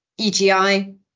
EGI